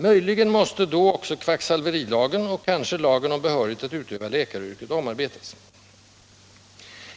Möjligen måste då också kvacksalverilagen, och kanske lagen om behörighet att utöva läkaryrket, omarbetas.